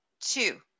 Two